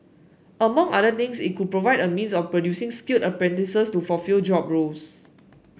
among other things it could provide a means of producing skilled apprentices to fulfil job roles